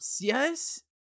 yes